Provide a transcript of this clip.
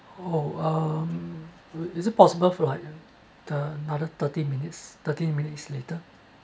oh um is it possible for like the another thirty minutes thirty minutes later